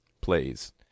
Plays